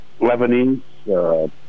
Lebanese